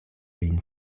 lin